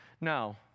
Now